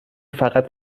فقط